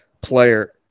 player